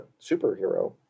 superhero